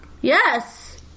Yes